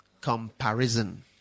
Comparison